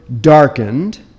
darkened